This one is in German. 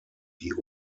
die